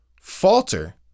falter